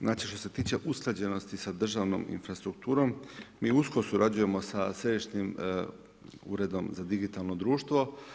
Znači, što se tiče usklađenosti sa državnom infrastrukturom, mi usko surađujemo sa Središnjim uredom za digitalno društvo.